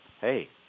hey